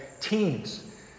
teens